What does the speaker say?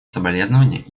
соболезнования